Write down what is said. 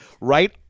right